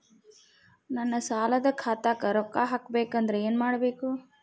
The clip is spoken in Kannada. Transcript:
ನನ್ನ ಸಾಲದ ಖಾತಾಕ್ ರೊಕ್ಕ ಹಾಕ್ಬೇಕಂದ್ರೆ ಏನ್ ಮಾಡಬೇಕು?